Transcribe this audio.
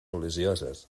religioses